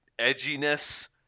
edginess